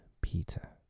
Peter